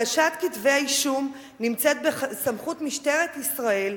הגשת כתבי-אישום נמצאת בסמכות משטרת ישראל,